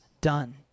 done